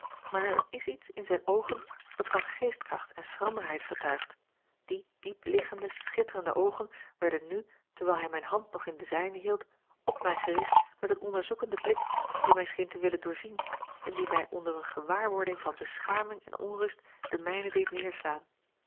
maar er is iets in zijne oogen dat van geestkracht en schranderheid getuigt die diepliggende schitterende oogen werden nu terwijl hij mijne hand nog in de zijne hield op mij gericht met een onderzoekenden blik die mij scheen te willen doorzien en die mij onder eene gewaarwording van beschaming en onrust de mijne deed neerslaan